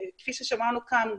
כפי ששמענו כאן,